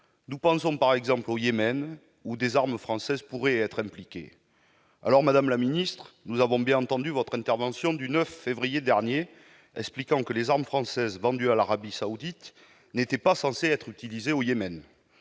Nous pensons, par exemple, au Yémen, où des armes françaises pourraient être impliquées. Madame la ministre, nous avons bien entendu votre intervention du 9 février dernier, expliquant que les armes françaises vendues à l'Arabie Saoudite n'étaient « pas censées être utilisées au Yémen